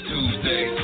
Tuesday